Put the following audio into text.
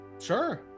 Sure